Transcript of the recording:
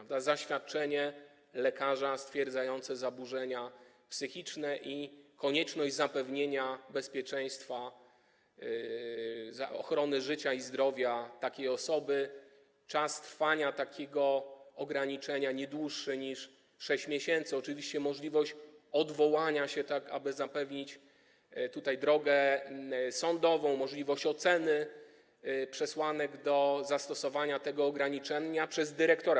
Chodzi tu o zaświadczenie lekarza stwierdzające zaburzenia psychiczne i konieczność zapewnienia bezpieczeństwa, ochrony życia i zdrowia takiej osoby, czas trwania takiego ograniczenia nie dłuższy niż sześć miesięcy, oczywiście możliwość odwołania się na drodze sądowej, możliwość oceny przesłanek do zastosowania tego ograniczenia przez dyrektora.